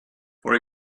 for